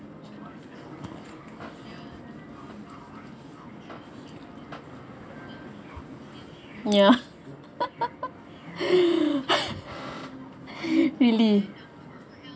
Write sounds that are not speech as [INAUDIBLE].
ya [LAUGHS] really